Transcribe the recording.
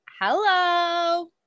Hello